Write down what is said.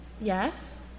Yes